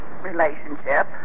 relationship